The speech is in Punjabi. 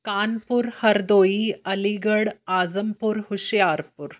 ਕਾਨਪੁਰ ਹਰਦੋਈ ਅਲੀਗੜ੍ਹ ਆਜ਼ਮਪੁਰ ਹੁਸ਼ਿਆਰਪੁਰ